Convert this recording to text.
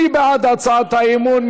מי בעד הצעת האי-אמון?